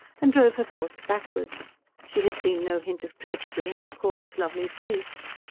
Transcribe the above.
and drove her thoughts backwards she had seen no hint of tragedy in her caller's lovely face.